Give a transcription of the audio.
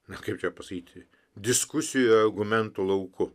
na kaip čia pasakyti diskusij ir argumentų lauku